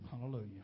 Hallelujah